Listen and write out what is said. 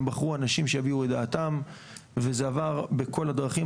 הם בחרו אנשים שיביעו את דעתם וזה עבר בכל הדרכים,